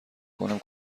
کنم